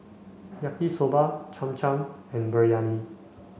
Yaki Soba Cham Cham and Biryani